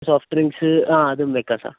soft drinks ആ അതും വെക്കാം സർ